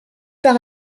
par